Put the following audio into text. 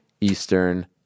Eastern